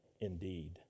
indeed